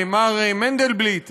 מר מנדלבליט,